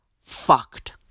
fucked